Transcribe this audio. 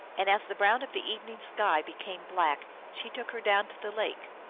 and as the brown of the evening sky became black, she took her down to the lake.